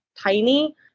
tiny